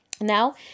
Now